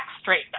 straight